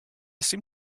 seem